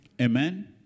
Amen